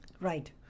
Right